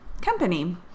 company